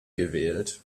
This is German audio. gewählt